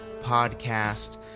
Podcast